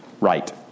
right